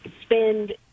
spend